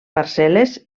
parcel·les